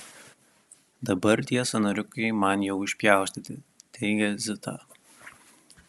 dabar tie sąnariukai man jau išpjaustyti teigia zita